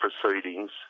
proceedings